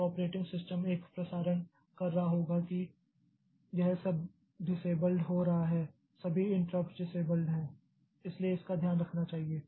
तो operating system एक प्रसारण कर रहा होगा कि यह सब डिसेबल्ड हो रहा है सभी इंटराप्ट्स डिसेबल्ड हैं इसलिए इसका ध्यान रखना चाहिए